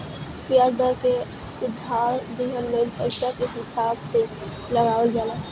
बियाज दर के उधार लिहल गईल पईसा के हिसाब से लगावल जाला